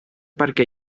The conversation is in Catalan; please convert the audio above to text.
perquè